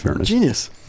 Genius